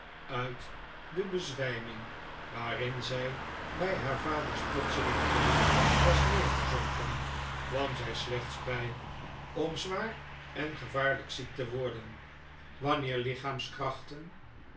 uit de bezwijming waarin zij bij haar vaders plotselingen dood was neergezonken kwam zij slechts bij om zwaar en gevaarlijk ziek te worden wanneer